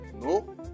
No